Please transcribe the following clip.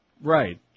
Right